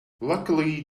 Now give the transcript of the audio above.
luckily